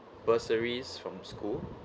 groceries from school